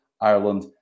Ireland